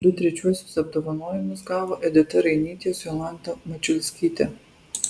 du trečiuosius apdovanojimus gavo edita rainytė su jolanta mačiulskyte